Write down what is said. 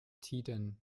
tiden